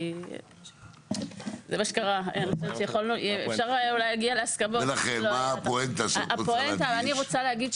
ולכן, מה הפואנטה שאת רוצה להדגיש?